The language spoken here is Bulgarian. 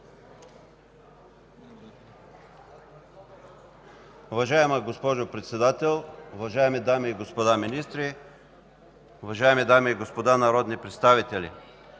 Уважаема госпожо Председател, уважаеми дами и господа министри, уважаеми дами и господа народни представители!